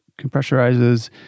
compressurizes